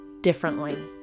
differently